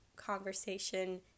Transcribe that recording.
conversation